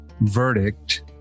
verdict